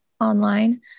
online